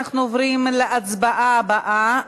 אנחנו עוברים להצבעה הבאה,